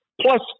plus